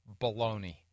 Baloney